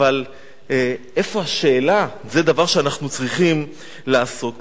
אבל איפה השאלה, זה דבר שאנחנו צריכים לעסוק בו.